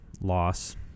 loss